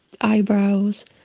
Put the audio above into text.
eyebrows